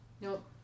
Nope